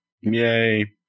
Yay